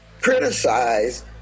criticize